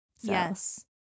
Yes